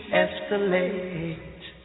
escalate